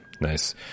Nice